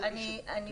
(שקף: צירי עבודה מרכזיים).